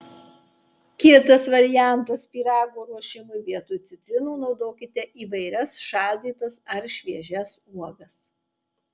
kitas variantas pyrago ruošimui vietoj citrinų naudokite įvairias šaldytas ar šviežias uogas